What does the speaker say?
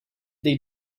they